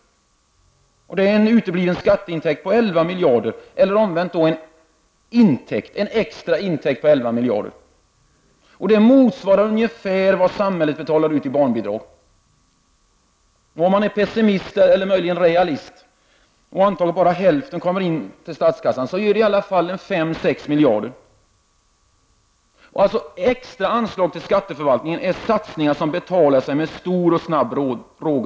Det innebär en utebliven skatteintäkt på ca 11 miljarder kronor eller omvänt en extra intäkt till samhället på samma belopp. Det motsvarar ungefär vad samhället betalar ut i barnbidrag. Om man är pessimist eller kanske möjligen realist och antar att bara hälften av dessa pengar kommer in till statskassan, så ger det i alla fall en inkomstförstärkning på 5—6 miljarder kronor. Extra anslag till skatteförvaltningen är således satsningar som betalar sig med mycket stor och snabb råge.